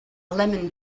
lemon